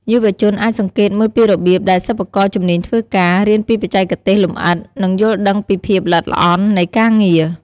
យុវជនអាចសង្កេតមើលពីរបៀបដែលសិប្បករជំនាញធ្វើការ រៀនពីបច្ចេកទេសលម្អិត និងយល់ដឹងពីភាពល្អិតល្អន់នៃការងារ។